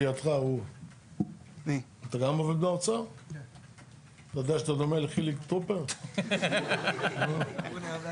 אז תהיה הודעה חודשית שאומרת